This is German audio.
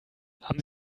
haben